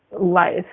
life